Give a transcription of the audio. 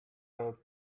her